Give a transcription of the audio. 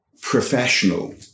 professional